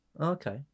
okay